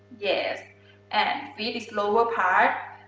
yeah and feet is lower part.